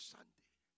Sunday